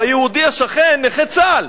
והיהודי השכן נכה צה"ל.